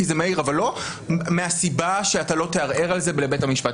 כי זה מהיר אבל לא מהסיבה שאתה לא תערער על זה לבית המשפט.